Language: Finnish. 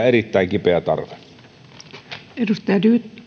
erittäin kipeä tarve